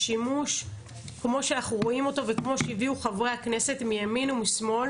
השימוש כמו שאנחנו רואים אותו וכמו שהביאו חברי הכנסת מימין ומשמאל